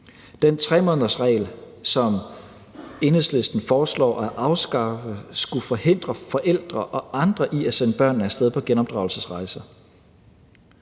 Den 3-månedersregel, som Enhedslisten foreslår afskaffet, skulle forhindre forældre og andre i at sende børnene af sted på genopdragelsesrejser.